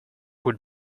would